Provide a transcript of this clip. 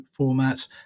formats